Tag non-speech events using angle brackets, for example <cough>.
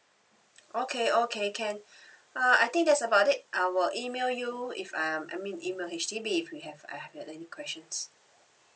okay okay can <breath> uh I think that's about it I will email you if I'm I mean email H_D_B if we have I have any questions